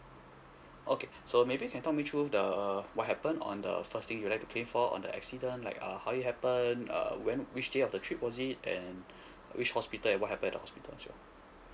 okay so maybe you can talk me through the what happen on the first thing you like to claim for on the accident like err how it happen uh when which day of the trip was it and which hospital and what happen at the hospital as well